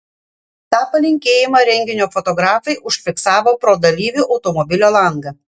tą palinkėjimą renginio fotografai užfiksavo pro dalyvių automobilio langą